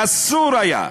אסור היה,